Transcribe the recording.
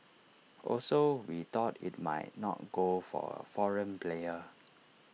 also we thought IT might not go for A foreign player